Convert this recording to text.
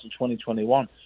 2021